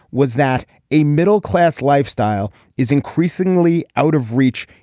was that a middle class lifestyle is increasingly out of reach.